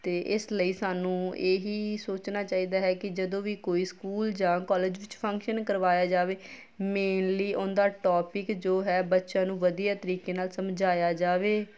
ਅਤੇ ਇਸ ਲਈ ਸਾਨੂੰ ਇਹੀ ਸੋਚਣਾ ਚਾਹੀਦਾ ਹੈ ਕਿ ਜਦੋਂ ਵੀ ਕੋਈ ਸਕੂਲ ਜਾਂ ਕਾਲਜ ਵਿੱਚ ਫੰਕਸ਼ਨ ਕਰਵਾਇਆ ਜਾਵੇ ਮੇਨਲੀ ਉਹਨਾ ਦਾ ਟੋਪਿਕ ਜੋ ਹੈ ਬੱਚਿਆਂ ਨੂੰ ਵਧੀਆ ਤਰੀਕੇ ਨਾਲ ਸਮਝਾਇਆ ਜਾਵੇ